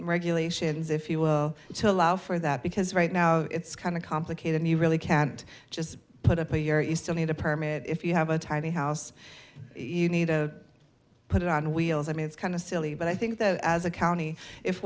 regulations if you will to allow for that because right now it's kind of complicated you really can't just put up a year you still need a permit if you have a tidy house you need to put it on wheels i mean it's kind of silly but i think that as a county if